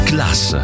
Class